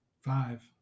Five